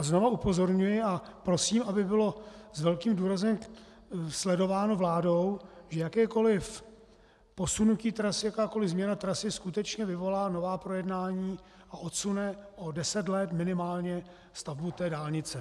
A znova upozorňuji a prosím, aby bylo s velkým důrazem sledováno vládou, že jakékoliv posunutí trasy, jakákoliv změna trasy skutečně vyvolá nová projednání a odsune o deset let minimálně stavbu této dálnice.